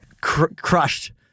crushed